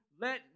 let